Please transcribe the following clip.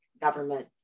government